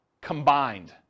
combined